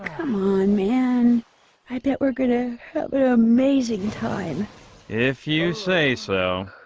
come on man i bet we're gonna amazing time if you say so